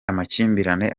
amakimbirane